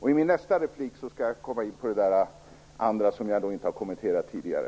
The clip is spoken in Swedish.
I min nästa replik skall jag komma in på det som jag inte har kommenterat tidigare.